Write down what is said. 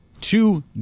two